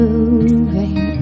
Moving